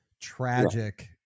tragic